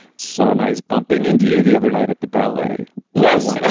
so nice bumping into you the other night at the ballet yes.